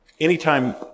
anytime